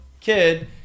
kid